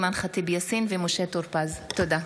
אימאן ח'טיב יאסין ומשה טור פז בנושא: